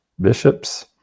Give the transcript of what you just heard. bishops